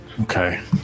okay